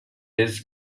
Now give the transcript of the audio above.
his